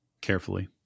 carefully